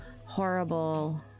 horrible